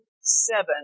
seven